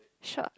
sure